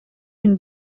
une